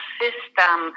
system